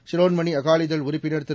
ஷிரோன்மணிஅகாலிதள் உறுப்பினர் திரு